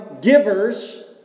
givers